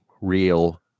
real